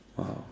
!wow!